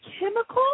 chemical